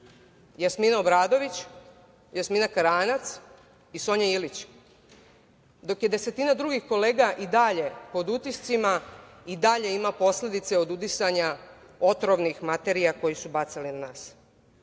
Jasmina Obradović, Jasmina Karanac i Sonja Ilić, dok je desetine drugih kolega i dalje pod utiscima i dalje ima posledice od udisanja otrovnih materija koje su bacali na